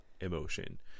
emotion